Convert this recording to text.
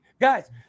Guys